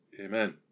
Amen